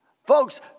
Folks